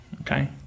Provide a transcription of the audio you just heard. Okay